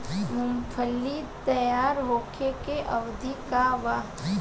मूँगफली तैयार होखे के अवधि का वा?